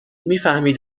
میفهمی